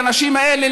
לנשים האלה,